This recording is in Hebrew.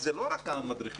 זה לא רק המדריכים